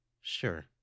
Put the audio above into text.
Sure